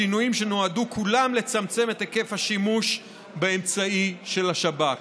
שינויים שנועדו כולם לצמצם את היקף השימוש באמצעי של השב"כ.